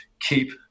Keep